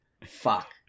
Fuck